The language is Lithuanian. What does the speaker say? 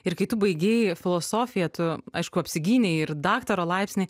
ir kai tu baigei filosofiją tu aišku apsigynei ir daktaro laipsnį